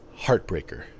heartbreaker